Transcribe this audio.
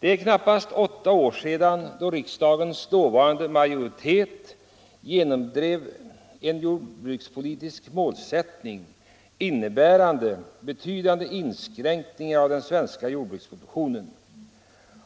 Det är knappt åtta år sedan riksdagens dåvarande majoritet genomdrev en jordbrukspolitisk målsättning som innebar betydande inskränkningar av den svenska jordbruksproduktionen.